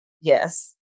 yes